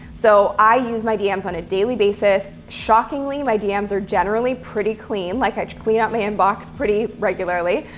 so i use my dms on a daily basis. shockingly, my dms are generally pretty clean. like i clean up my inbox pretty regularly,